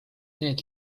need